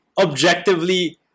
objectively